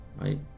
right